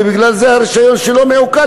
ובגלל זה הרישיון שלו מעוקל,